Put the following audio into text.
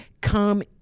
come